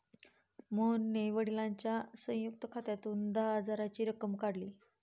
मोहनने वडिलांच्या संयुक्त खात्यातून दहा हजाराची रक्कम काढली